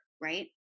right